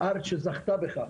אשרי הארץ שזכתה בך.